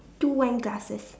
two wine glasses